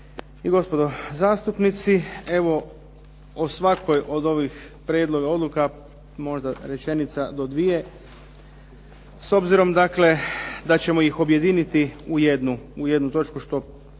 i gospodo zastupnici. Evo o svakoj od ovih prijedloga odluka možda rečenica do dvije. S obzirom dakle da ćemo ih objediniti u jednu točku što